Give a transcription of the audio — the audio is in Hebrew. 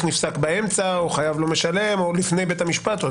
נפסק באמצע או חייב לא משלם או לפני בית המשפט.